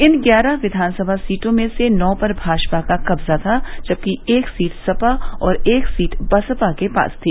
इन ग्यारह विधानसभा सीटों में से नौ पर भाजपा का कब्जा था जबकि एक सीट सपा और एक सीट बसपा के पास थी